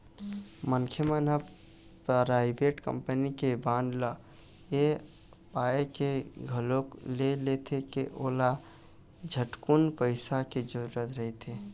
मनखे मन ह पराइवेट कंपनी के बांड ल ऐ पाय के घलोक ले लेथे के ओला झटकुन पइसा के जरूरत रहिथे